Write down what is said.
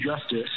justice